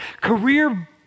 career